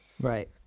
Right